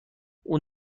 اون